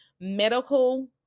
medical